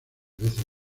veces